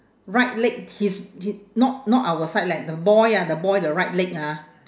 right leg his he not not our side leh the boy ah the boy the right leg ah